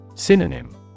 Synonym